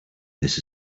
this